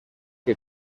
que